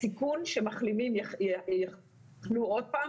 הסיכון שמחלימים יחלו שוב,